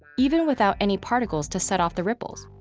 even without any particles to set off the ripples.